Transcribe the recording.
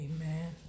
Amen